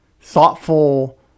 thoughtful